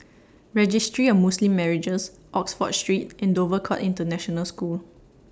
Registry of Muslim Marriages Oxford Street and Dover Court International School